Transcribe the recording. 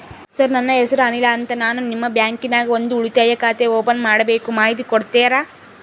Sir ನನ್ನ ಹೆಸರು ಅನಿಲ್ ಅಂತ ನಾನು ನಿಮ್ಮ ಬ್ಯಾಂಕಿನ್ಯಾಗ ಒಂದು ಉಳಿತಾಯ ಖಾತೆ ಓಪನ್ ಮಾಡಬೇಕು ಮಾಹಿತಿ ಕೊಡ್ತೇರಾ?